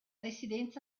residenza